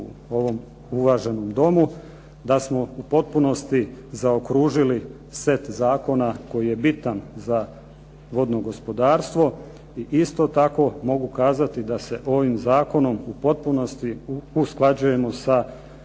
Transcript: u ovom uvaženom Domu da smo u potpunosti zaokružili set zakona koji je bitan za vodno gospodarstvo. I isto tako mogu kazati da se ovim zakonom u potpunosti usklađujemo sa